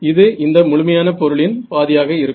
இது இந்த முழுமையான பொருளின் பாதியாக இருக்கும்